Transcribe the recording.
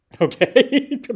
okay